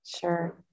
Sure